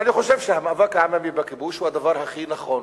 ואני חושב שהמאבק העממי בכיבוש הוא הדבר הכי נכון.